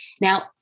Now